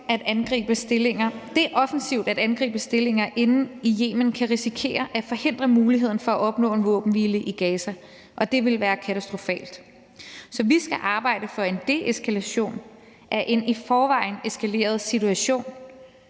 Det offensivt at angribe stillinger inde i Yemen kan risikere at forhindre muligheden for at opnå en våbenhvile i Gaza, og det ville være katastrofalt. Så vi skal arbejde for en deeskalation af en i forvejen eskaleret situation,